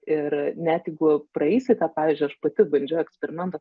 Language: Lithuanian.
ir net jeigu praeisite pavyzdžiui aš pati bandžiau eksperimentą